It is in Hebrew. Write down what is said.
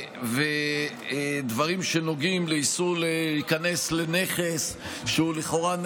ודברים שנוגעים לאיסור להיכנס לנכס שהוא לכאורה,